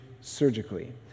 surgically